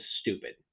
stupid